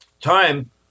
time